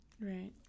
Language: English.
Right